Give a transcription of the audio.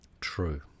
True